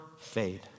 fade